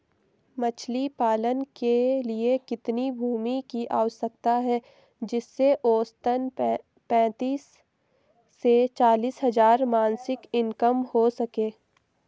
मछली पालन के लिए कितनी भूमि की आवश्यकता है जिससे औसतन पैंतीस से चालीस हज़ार मासिक इनकम हो सके?